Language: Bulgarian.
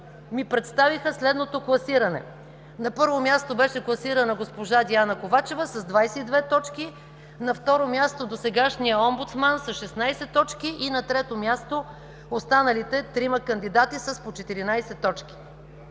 ми представиха следното класиране. На първо място беше класирана госпожа Диана Ковачева с 22 точки; на второ място – досегашният омбудсман, с 16 точки; и на трето място останалите трима кандидати с по 14 точки.